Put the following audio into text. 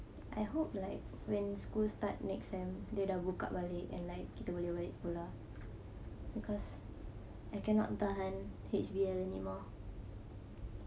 I hope like when school start next sem dia dah buka balik and like kita boleh balik sekolah because I cannot tahan H_B_L anymore